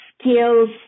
skills